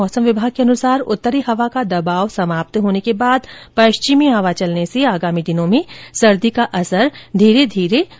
मौसम विभाग के मुताबिक उत्तरी हवा का दबाव समाप्त होने के बाद पश्चिमी हवा चलने से आगामी दिनों में सर्दी का असर धीरे धीरे कम होगा